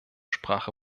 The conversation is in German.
sprache